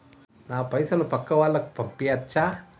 నా పైసలు పక్కా వాళ్ళకు పంపియాచ్చా?